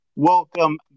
Welcome